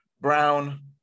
Brown